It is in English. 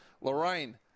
Lorraine